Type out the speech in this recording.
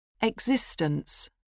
Existence